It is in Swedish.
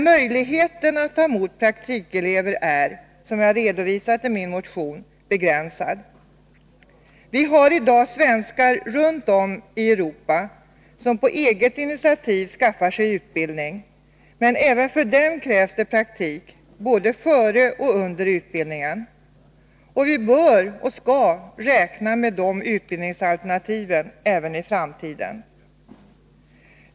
Möjligheten att ta emot praktikelever är, som jag redovisat i min motion, begränsad. Vi har i dag svenskar runt om i Europa som på eget initiativ skaffar sig utbildning, men även för dem krävs det praktik, både före och under utbildningen. Vi bör räkna med de utbildningsalternativen även i framtiden.